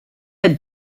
had